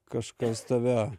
kažkas tave